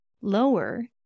lower